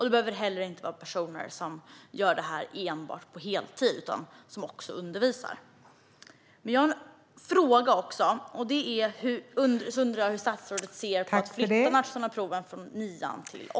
Det behöver inte vara personer som gör enbart detta på heltid, utan det kan vara personer som också undervisar. Jag har också en fråga: Hur ser statsrådet på att flytta de nationella proven från nian till åttan?